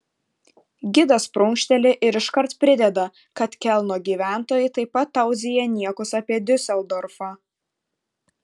gidas prunkšteli ir iškart prideda kad kelno gyventojai taip pat tauzija niekus apie diuseldorfą